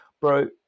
bro